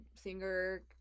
singer